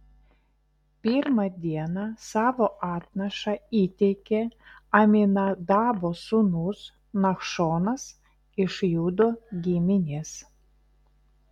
pirmą dieną savo atnašą įteikė aminadabo sūnus nachšonas iš judo giminės